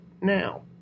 now